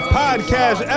podcast